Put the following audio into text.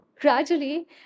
gradually